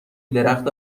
درخت